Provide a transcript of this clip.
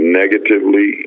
negatively